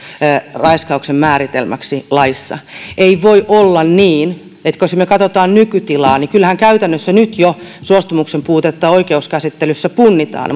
raiskauksen määritelmäksi laissa ei voi olla niin kuin nyt kun katsomme nykytilaa eli kyllähän käytännössä nyt jo suostumuksen puutetta oikeuskäsittelyssä punnitaan